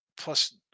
Plus